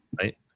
right